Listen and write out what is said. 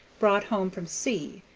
brought home from sea,